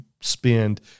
spend